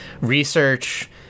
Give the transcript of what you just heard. research